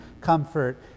comfort